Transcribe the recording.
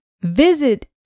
Visit